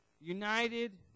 united